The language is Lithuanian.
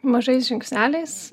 mažais žingsneliais